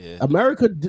America